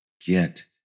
get